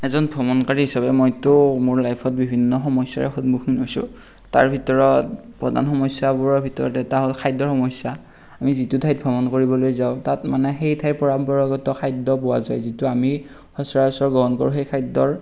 এজন ভ্ৰমণকাৰী হিচাপে মইতো মোৰ লাইফত বিভিন্ন সমস্যাৰে সন্মুখীন হৈছোঁ তাৰ ভিতৰত প্ৰধান সমস্যাবোৰৰ ভিতৰত এটা হ'ল খাদ্যৰ সমস্যা আমি যিটো ঠাইত ভ্ৰমণ কৰিবলৈ যাওঁ তাত মানে সেই ঠাইৰ পৰম্পৰাগত খাদ্য পোৱা যায় যিটো আমি সচৰাচৰ গ্ৰহণ কৰোঁ সেই খাদ্যৰ